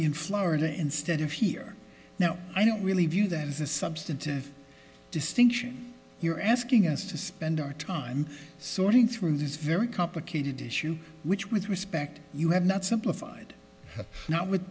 be in florida instead of here now i don't really view that as a substantive distinction you're asking us to spend our time sorting through this very complicated issue which with respect you have not